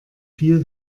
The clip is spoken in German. viel